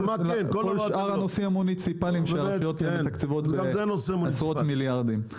כל שאר הנושאים המוניציפליים שהרשויות מתקצבות בעשרות מיליארדים.